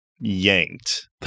yanked